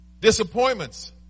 Disappointments